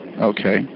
Okay